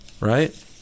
right